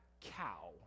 cow